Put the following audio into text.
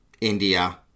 India